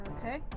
Okay